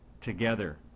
together